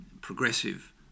progressive